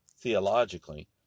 theologically